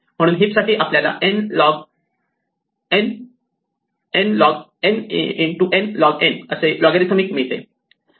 म्हणून हीप साठी आपल्याला n लॉग n असे लोगरिथमिक मिळते